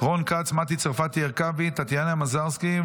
רון כץ, מטי צרפתי הרכבי, טטיאנה מזרסקי,